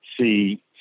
see